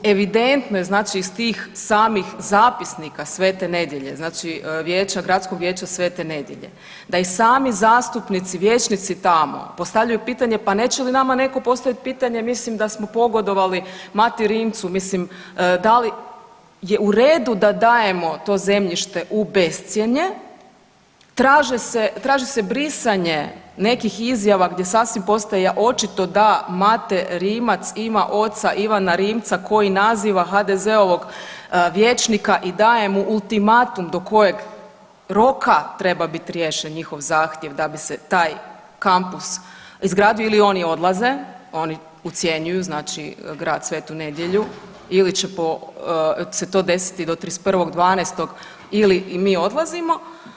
Evidentno je iz tih samih zapisnika Sv. Nedelje, znači Gradskog vijeća Sv. Nedelje da i sami zastupnici vijećnici tamo postavljaju pitanje pa neće li nama neko postavit pitanje mislim da smo pogodovali Mati Rimcu, mislim da li je u redu da dajemo to zemljište u bescjenje, traži se brisanje nekih izjava gdje sasvim postaje očito da Mate Rimac ima oca Ivana Rimca koji naziva HDZ-ovog vijećnika i daje mu ultimatum do kojeg roka treba biti riješen njihov zahtjev da bi se taj kampus izgradio ili oni odlaze, oni ocjenjuju grad Sv. Nedelju ili će se to desiti do 31.12. ili mi odlazimo.